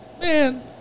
Man